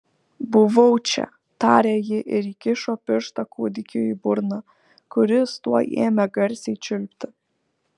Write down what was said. buvau čia tarė ji ir įkišo pirštą kūdikiui į burną kuris tuoj ėmė garsiai čiulpti